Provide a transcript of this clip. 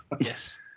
yes